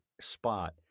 spot